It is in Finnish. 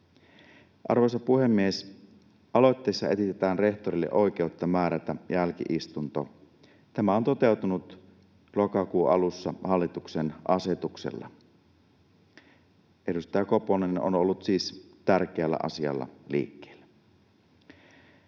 Arvoisa puhemies! Aloitteessa esitetään rehtorille oikeutta määrätä jälki-istunto. Tämä on toteutunut lokakuun alussa hallituksen asetuksella. Edustaja Koponen on siis ollut tärkeällä asialla liikkeellä.